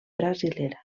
brasilera